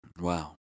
Wow